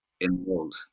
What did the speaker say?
involved